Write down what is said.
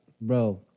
bro